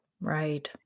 Right